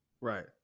Right